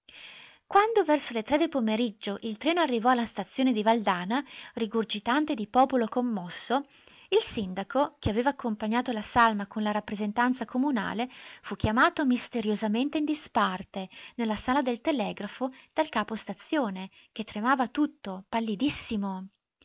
quando verso le tre del pomeriggio il treno arrivò alla stazione di valdana rigurgitante di popolo commosso il sindaco che aveva accompagnato la salma con la rappresentanza comunale fu chiamato misteriosamente in disparte nella sala del telegrafo dal capo-stazione che tremava tutto pallidissimo